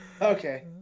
okay